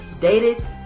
dated